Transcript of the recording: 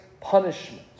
punishment